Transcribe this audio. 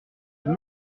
just